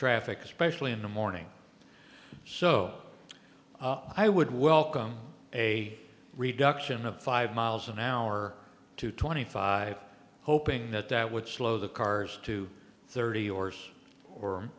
traffic especially in the morning so i would welcome a reduction of five miles an hour to twenty five hoping that that would slow the cars to thirty or